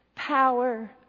power